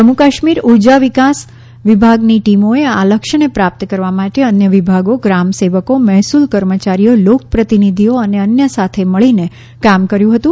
જમ્મુ કાશ્મીર ઊર્જા વિકાસ વિભાગની ટીમોએ આ લક્ષ્યને પ્રાપ્ત કરવા માટે અન્ય વિભાગો ગ્રામ સેવકો મહેસૂલ કર્મચારીઓ લોક પ્રતિનિધિઓ અને અન્ય સાથે મળીને કામ કર્યું હતું